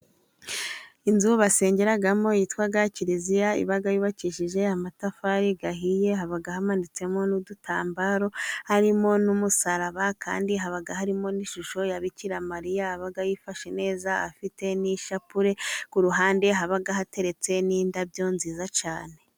Inzu basengeramo yitwa Kiliziya, iba yubakijije amatafari ahiye, haba hamanitsemo n'udutambaro, harimo n'umusaraba, kandi haba harimo n'ishusho ya Bikira Mariya, aba yifashe neza, afite n'ishapure, ku ruhande haba hateretse n'indabyo nziza cyane.